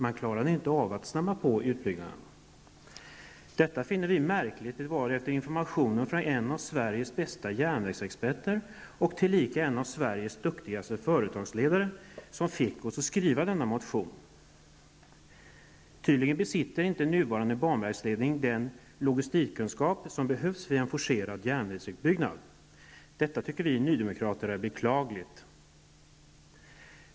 Man klarade inte av att snabba på utbyggnaden. Detta finner vi märkligt, eftersom det var information från en av Sveriges främsta järnvägsexperter tillika en av Sveriges duktigaste företagsledare som fick oss att skriva denna motion. Tydligen besitter inte nuvarande banverksledningen den logistikkunskap som behövs vid en forcerad järnvägsutbyggnad. Det tycker vi nydemokrater är beklagligt.